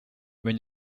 wenn